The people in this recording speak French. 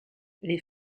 les